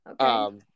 okay